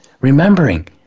remembering